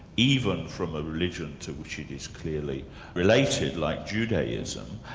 even from a religion to which it is clearly related like judaism,